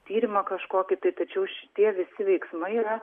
tyrimą kažkokį tai tačiau šitie visi veiksmai yra